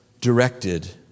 directed